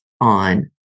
on